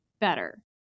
better